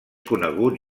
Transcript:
conegut